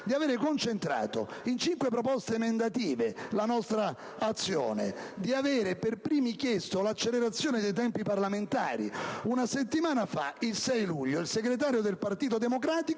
di aver concentrato in cinque proposte emendative la nostra azione e di avere per primi chiesto l'accelerazione dei tempi parlamentari. Una settimana fa, il 6 luglio, il segretario del Partito Democratico